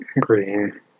green